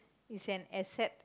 is an asset